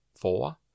four